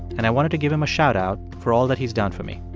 and i wanted to give him a shout out for all that he's done for me.